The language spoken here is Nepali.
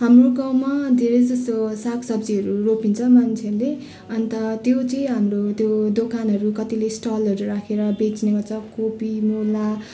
हाम्रो गाउँमा धेरै जसो साग सब्जीहरू रोपिन्छ मान्छेले अन्त त्यो चाहिँ हाम्रो त्यो दोकानहरू कतिले स्टलहरू राखेर बेच्ने गर्छ कोपी मुला